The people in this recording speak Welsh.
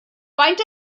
faint